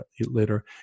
later